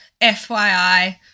FYI